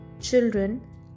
Children